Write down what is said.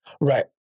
right